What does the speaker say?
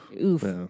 Oof